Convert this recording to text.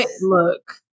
look